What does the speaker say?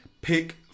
pick